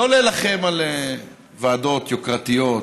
לא להילחם על ועדות יוקרתיות,